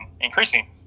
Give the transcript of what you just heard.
increasing